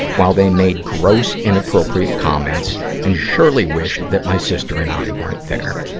while they made gross, inappropriate comments and surely wished that my sister and i weren't there.